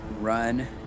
run